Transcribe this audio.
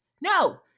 no